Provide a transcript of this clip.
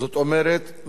זאת אומרת,